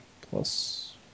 plus